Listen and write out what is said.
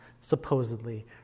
supposedly